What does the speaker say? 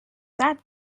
that